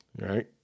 Right